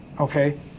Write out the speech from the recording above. Okay